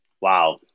wow